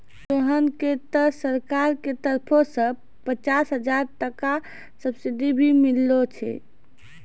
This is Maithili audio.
सोहन कॅ त सरकार के तरफो सॅ पचास हजार टका सब्सिडी भी मिललो छै